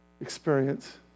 experience